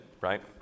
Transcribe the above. right